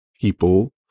people